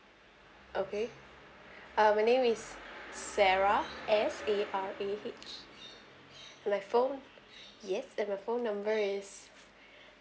okay uh my name is sarah S A R A H my phone yes and my phone number is